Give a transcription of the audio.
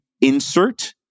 insert